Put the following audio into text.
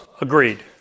Agreed